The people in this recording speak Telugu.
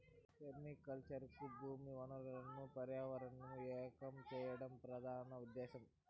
పెర్మాకల్చర్ కు భూమి వనరులను పర్యావరణంను ఏకం చేయడం ప్రధాన ఉదేశ్యం